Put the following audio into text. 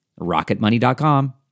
Rocketmoney.com